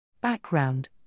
Background